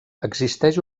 existeix